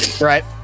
Right